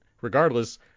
regardless